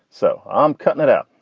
so i'm cutting it out.